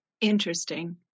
Interesting